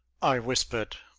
i whispered.